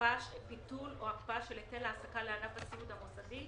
ביטול או הקפאה של היטל ההעסקה לענף הסיעוד המוסדי.